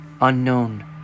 unknown